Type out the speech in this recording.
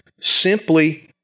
simply